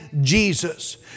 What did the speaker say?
Jesus